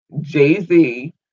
Jay-Z